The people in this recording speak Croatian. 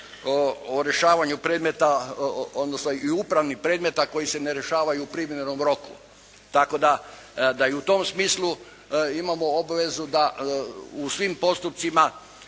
o rješavanju predmeta odnosno i upravnih predmeta koji se ne rješavaju u primjerenom roku. Tako da i u tom smislu imamo obvezu da u svim postupcima